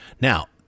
Now